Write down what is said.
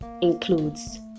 includes